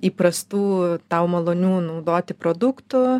įprastų tau malonių naudoti produktų